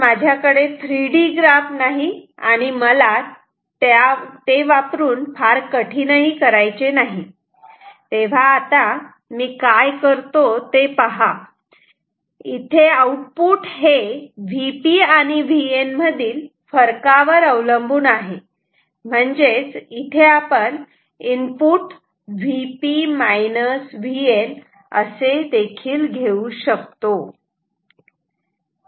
माझ्याकडे 3D graph नाही आणि मला फार कठीणही करायचे नाही तेव्हा आता मी काय करतो ते पहा इथे आऊटपुट हे Vp आणि Vn मधील फरकावर अवलंबून आहे म्हणजेच इथे आपण इनपुट Vp Vn असे घेऊ शकतो